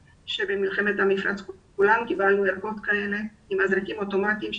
שבמלחמת המפרץ כולנו קיבלנו ערכות כאלה עם מזרקים אוטומטיים.